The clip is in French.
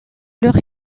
leur